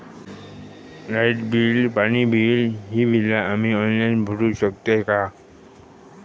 Light bill, पाणी bill, ही बिला आम्ही ऑनलाइन भरू शकतय का?